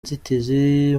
inzitizi